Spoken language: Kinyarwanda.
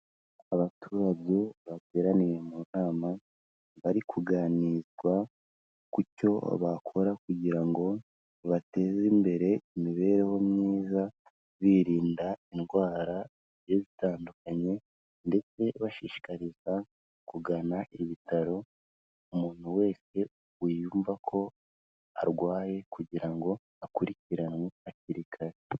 Abaturage bateraniye mu nama, bari kuganirizwa ku cyo bakora kugira ngo bateze imbere imibereho myiza; birinda indwara zigiye zitandukanye ndetse bashishikariza kugana ibitaro, umuntu wese wiyumva ko arwaye kugira ngo akurikiranwe hakiri kare.